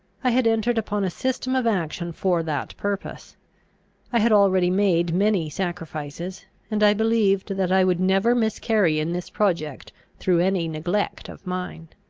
i had entered upon a system of action for that purpose i had already made many sacrifices and i believed that i would never miscarry in this project through any neglect of mine.